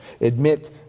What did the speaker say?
Admit